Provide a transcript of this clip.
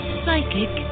psychic